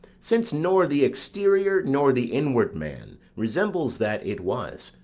since nor the exterior nor the inward man resembles that it was.